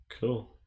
Cool